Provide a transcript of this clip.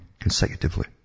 consecutively